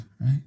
right